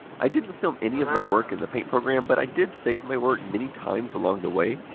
i didn't film any of my work in the paint program, but i did save my work many times along the way.